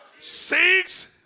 six